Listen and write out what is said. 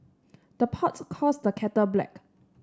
the pot calls the kettle black